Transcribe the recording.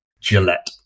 Gillette